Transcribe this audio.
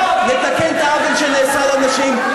לתקן את העוול שנעשה לנשים,